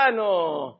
no